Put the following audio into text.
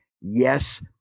Yes